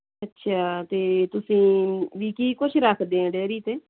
ਅੱਛਾ ਅਤੇ ਤੁਸੀਂ ਬਈ ਕੀ ਕੁਝ ਰੱਖਦੇ ਹੋ ਡੈਰੀ 'ਤੇ